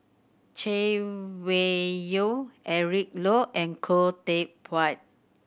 Chay Weng Yew Eric Low and Khoo Teck Puat